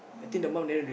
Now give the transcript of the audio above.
uh